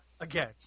again